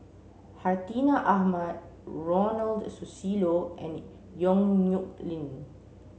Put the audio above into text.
Hartinah Ahmad Ronald Susilo and Yong Nyuk Lin